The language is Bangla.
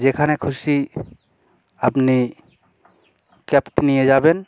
যেখানে খুশি আপনি ক্যাবটি নিয়ে যাবেন